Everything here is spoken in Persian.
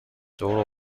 دور